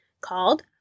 called